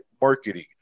marketing